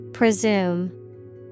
Presume